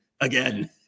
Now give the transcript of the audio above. Again